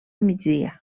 migdia